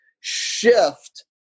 shift